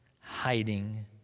hiding